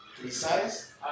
precise